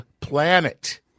planet